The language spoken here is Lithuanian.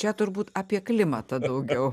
čia turbūt apie klimatą daugiau